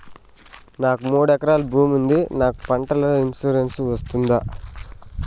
నాకు మూడు ఎకరాలు భూమి ఉంది నాకు పంటల ఇన్సూరెన్సు వస్తుందా?